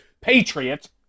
patriot